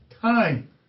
time